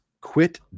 quit